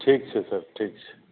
ठीक छै सर ठीक छै